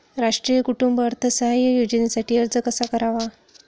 राष्ट्रीय कुटुंब अर्थसहाय्य योजनेसाठी अर्ज कसा करावा?